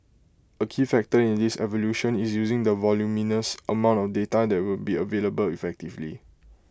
A key factor in this evolution is using the voluminous amount of data that will be available effectively